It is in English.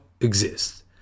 exist